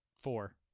four